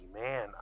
man